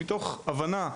מתוך הבנה מצערת,